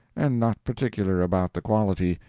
and not particular about the quality,